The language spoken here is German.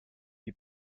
die